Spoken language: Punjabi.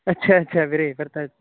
ਅੱਛਾ ਅੱਛਾ ਵੀਰੇ